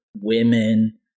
women